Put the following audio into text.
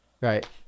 right